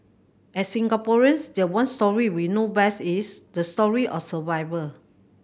as Singaporeans the one story we know best is the story of survival